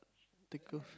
take off